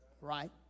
Right